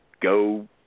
go